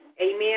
amen